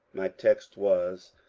my text was,